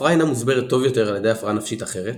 ההפרעה אינה מוסברת טוב יותר על ידי הפרעה נפשית אחרת,